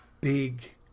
big